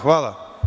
Hvala.